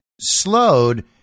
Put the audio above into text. slowed